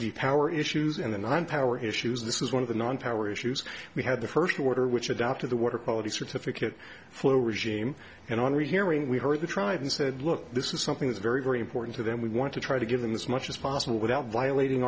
the power issues and the one power issues this is one of the non power issues we had the first order which adopted the water quality certificate flow regime and on rehearing we heard the tried and said look this is something that's very very important to them we want to try to give them as much as possible without violating